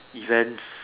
events